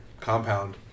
compound